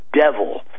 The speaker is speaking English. devil